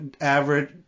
average